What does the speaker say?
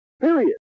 Period